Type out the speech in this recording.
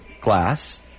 glass